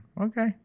Okay